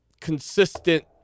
consistent